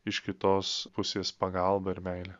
iš kitos pusės pagalbą ir meilę